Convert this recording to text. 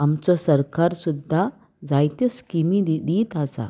आमचो सरकार सुद्दां जायत्यो स्किमी दीत आसा